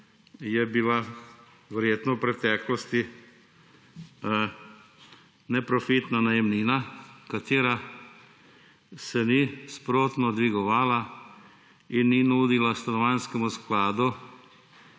je bila verjetno v preteklosti neprofitna najemnina, katera se ni sprotno dvigovala in ni nudila Stanovanjskemu skladu